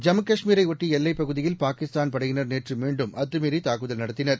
ஜம்மு கஷ்மீரையொட்டிஎல்லைப் பகுதியில் பாகிஸ்தான் படையினர் நேற்றுமீண்டும் அத்துமீறிதாக்குதல் நடத்தினர்